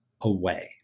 away